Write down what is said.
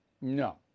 No